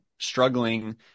struggling